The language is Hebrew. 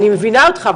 אני מבינה אותך,